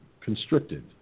constricted